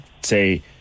say